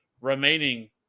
remaining